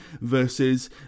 versus